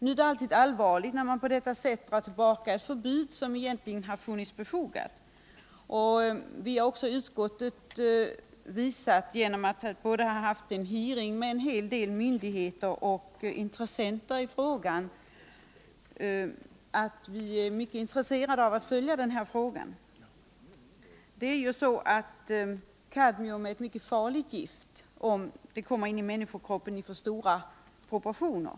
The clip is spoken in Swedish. Det är alltid allvarligt när man på detta sätt drar tillbaka ett förbud som egentligen hade varit befogat. Utskottet har också förklarat vid en hearing med en del myndigheter och intressenter att vi är mycket intresserade av att följa den här frågan. Kadmium är ett mycket farligt gift, om det kommer in i människokroppen i för stora proportioner.